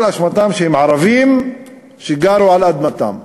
כל אשמתם שהם ערבים שגרו על אדמתם,